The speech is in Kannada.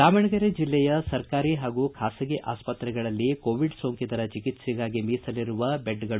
ದಾವಣಗೆರೆ ಜಿಲ್ಲೆಯ ಸರ್ಕಾರಿ ಹಾಗೂ ಖಾಸಗಿ ಆಸ್ಪತ್ರೆಗಳಲ್ಲಿ ಕೋವಿಡ್ ಸೋಂಕಿತರ ಚಿಕಿತ್ಸೆಗಾಗಿ ಮೀಸಲಿರುವ ಬೆಡ್ಗಳು